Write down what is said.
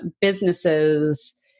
businesses